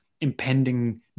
impending